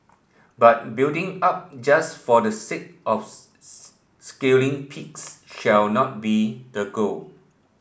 but building up just for the sake of scaling peaks should not be the goal